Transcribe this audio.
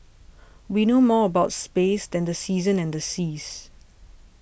we know more about space than the seasons and the seas